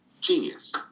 genius